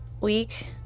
week